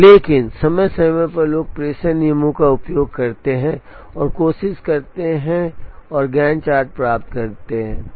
लेकिन समय समय पर लोग प्रेषण नियमों का उपयोग करते रहे हैं कोशिश करते हैं और गैंट चार्ट प्राप्त करते हैं